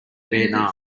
vietnam